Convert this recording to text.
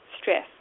stress